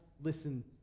listen